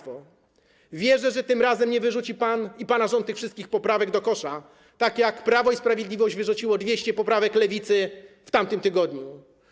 Wierzę, że tym razem nie wyrzuci pan i pana rząd tych wszystkich poprawek do kosza, tak jak Prawo i Sprawiedliwość wyrzuciło 200 poprawek Lewicy w tamtym tygodniu.